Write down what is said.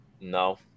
No